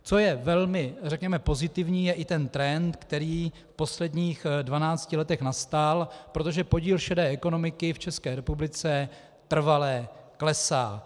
Co je velmi pozitivní, je i ten trend, který v posledních dvanácti letech nastal, protože podíl šedé ekonomiky v České republice trvale klesá.